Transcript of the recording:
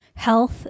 health